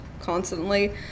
constantly